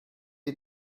you